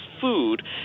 food